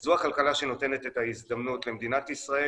וזו הכלכלה שנותנת הזדמנות למדינת ישראל,